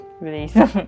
release